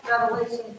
Revelation